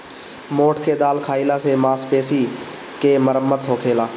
मोठ के दाल खाईला से मांसपेशी के मरम्मत होखेला